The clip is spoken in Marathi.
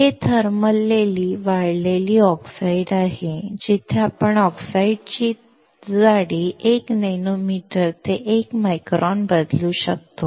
हे थर्मलली वाढलेले ऑक्साइड आहे जिथे आपण ऑक्साईडची जाडी 1 नॅनोमीटर ते 1 मायक्रॉन बदलू शकतो